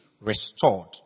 restored